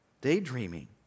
Daydreaming